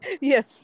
Yes